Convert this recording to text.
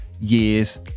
years